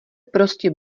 prostě